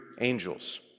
angels